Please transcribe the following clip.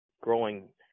growing